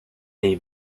est